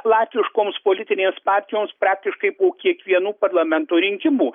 latviškoms politinėms partijoms praktiškai po kiekvienų parlamento rinkimų